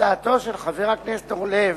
הצעתו של חבר הכנסת אורלב